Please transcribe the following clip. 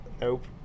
Nope